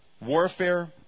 Warfare